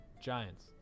Giants